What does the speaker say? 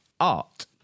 art